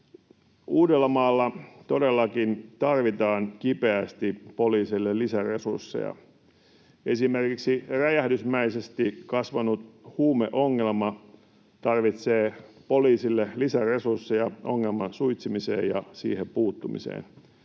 Uudellamaalla todellakin tarvitaan kipeästi poliiseille lisäresursseja. Esimerkiksi räjähdysmäisesti kasvanut huumeongelma tarvitsee poliisille lisäresursseja ongelman suitsimiseen ja siihen puuttumiseen.